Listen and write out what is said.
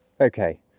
Okay